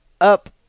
up